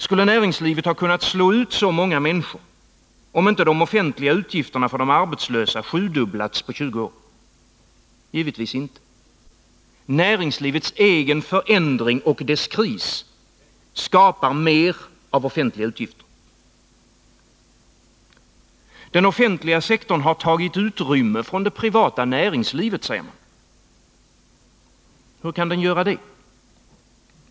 Skulle näringslivet ha kunnat slå ut så många människor, om inte de offentliga utgifterna för de arbetslösa sjudubblats på 20 år? Givetvis inte. Näringslivets egen förändring och dess kris skapar mer av offentliga utgifter. Den offentliga sektorn har tagit utrymme från det privata näringslivet, säger man. Hur kan den göra det?